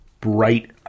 bright